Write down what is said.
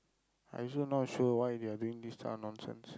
I also not sure why they are doing this type of nonsense